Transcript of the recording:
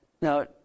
Now